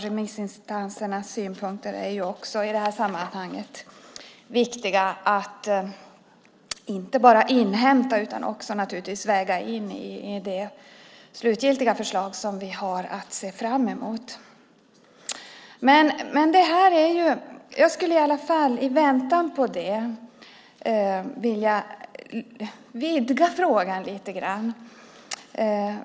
Remissinstansernas synpunkter är också viktiga i det här sammanhanget, inte bara att inhämta utan naturligtvis också att väga in i det slutgiltiga förslag som vi har att se fram emot. Jag skulle i alla fall i väntan på det vilja vidga frågan lite grann.